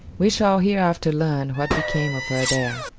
we shall hereafter learn what became of her there.